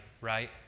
right